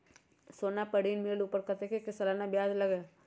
सोना पर ऋण मिलेलु ओपर कतेक के सालाना ब्याज लगे?